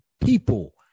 people